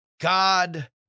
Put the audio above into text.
God